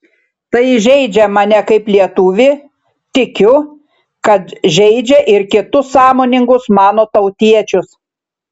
tai žeidžia mane kaip lietuvį tikiu kad žeidžia ir kitus sąmoningus mano tautiečius